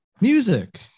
Music